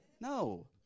No